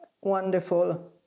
wonderful